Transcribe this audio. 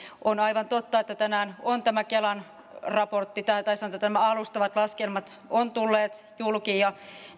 on aivan totta että tänään on tämä kelan raportti tullut tai sanotaan alustavat laskelmat ovat tulleet julki ja